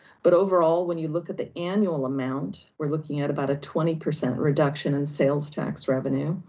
but overall, when you look at the annual amount, we're looking at about a twenty percent reduction in sales tax revenue.